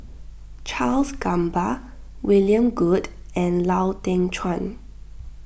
Charles Gamba William Goode and Lau Teng Chuan